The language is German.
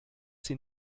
sie